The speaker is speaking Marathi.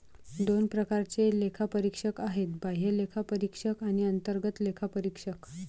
दोन प्रकारचे लेखापरीक्षक आहेत, बाह्य लेखापरीक्षक आणि अंतर्गत लेखापरीक्षक